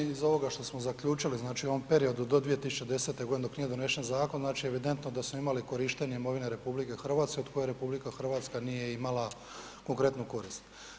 Pa samo iz ovoga šta smo zaključili, znači u ovom periodu do 2010., dok nije donesen zakon, znači evidentno je da smo imali korištenje imovine RH od koje RH nije imala konkretnu korist.